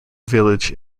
village